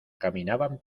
caminaban